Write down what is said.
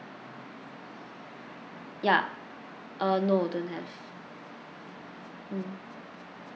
ya uh no don't have mm